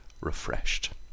refreshed